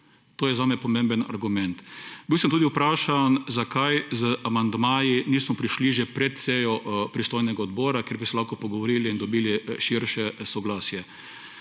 To je zame pomemben argument. Bil sem tudi vprašan, zakaj z amandmaji nismo prišli že pred sejo pristojnega odbora, kjer bi se lahko pogovorili in dobili širše soglasje.